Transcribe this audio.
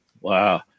Wow